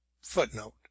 Footnote